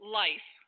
life